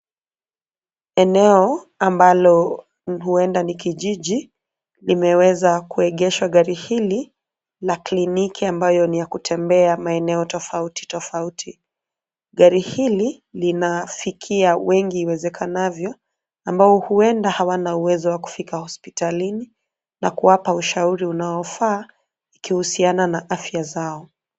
Eneo ambalo huenda ni kijiji limeweza kuegeshwa gari hili la kliniki ambayo ni ya kutembea maeneo tofauti tofauti. Gari hili linafikia wengi iwezekanavyo, ambao huenda hawana uwezo wa kufika hospitalini na kuwapa ushauri unaofaa, ikihusiana na afya zao.